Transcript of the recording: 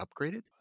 upgraded